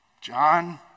John